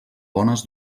bones